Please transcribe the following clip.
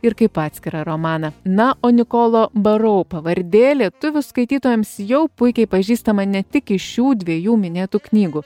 ir kaip atskirą romaną na o nikolo barau pavardė lietuvių skaitytojams jau puikiai pažįstama ne tik iš šių dviejų minėtų knygų